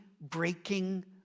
breaking